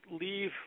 leave